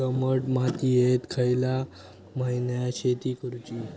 दमट मातयेत खयल्या महिन्यात शेती करुची?